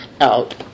out